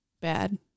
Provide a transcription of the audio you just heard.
bad